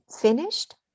finished